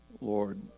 Lord